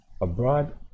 abroad